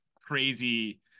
crazy